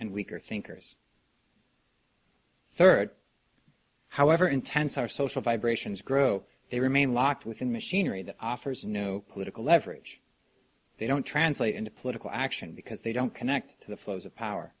and weaker thinkers third however intense our social vibrations grow they remain locked within machinery that offers no political leverage they don't translate into political action because they don't connect to the flows of power